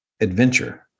adventure